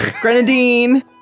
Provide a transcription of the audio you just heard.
grenadine